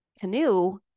canoe